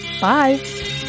bye